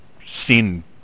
seen